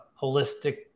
holistic